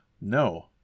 No